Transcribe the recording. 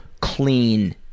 clean